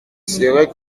serait